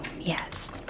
Yes